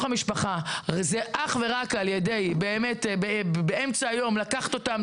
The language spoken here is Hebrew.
המשפחה זה אך ורק על ידי באמת באמצע היום לקחת אותם,